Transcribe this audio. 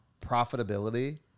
profitability